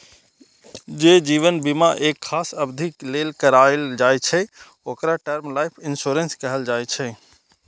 जे जीवन बीमा एक खास अवधि लेल कराएल जाइ छै, ओकरा टर्म लाइफ इंश्योरेंस कहल जाइ छै